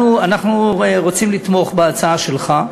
אנחנו רוצים לתמוך בהצעה שלך,